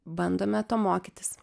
bandome to mokytis